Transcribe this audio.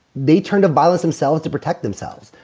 they turn to violence themselves to protect themselves.